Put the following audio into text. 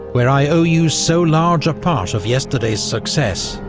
where i owe you so large a part of yesterday's success,